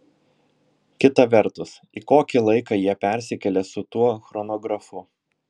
kita vertus į kokį laiką jie persikėlė su tuo chronografu